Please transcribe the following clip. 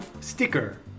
sticker